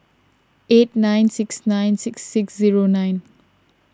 eight nine six nine six six zero nine